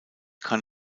kann